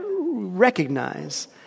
recognize